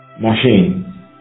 machine